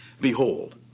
Behold